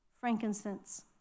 frankincense